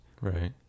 right